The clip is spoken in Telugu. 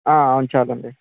అవును చాలండి